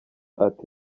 ati